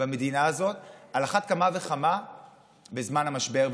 במדינה הזאת, ועל אחת כמה וכמה בזמן המשבר.